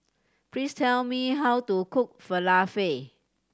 please tell me how to cook Falafel